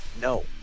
No